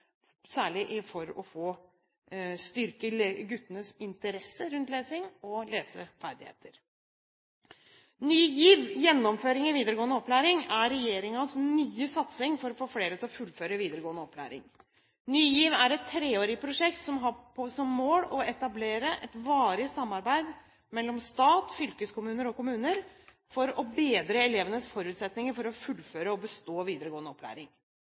særlig for å styrke guttenes interesse rundt lesing og deres leseferdigheter. Ny GIV – gjennomføring i videregående opplæring – er regjeringens nye satsing for å få flere til å fullføre videregående opplæring. Ny GIV er et treårig prosjekt som har som mål å etablere et varig samarbeid mellom stat, fylkeskommuner og kommuner for å bedre elevenes forutsetninger for å fullføre og bestå videregående opplæring.